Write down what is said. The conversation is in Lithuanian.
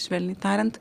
švelniai tariant